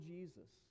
Jesus